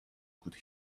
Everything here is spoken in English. could